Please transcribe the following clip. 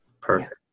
Perfect